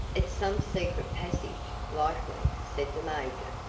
it's some secret passage, likely, said the major.